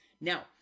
Now